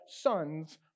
sons